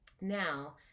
Now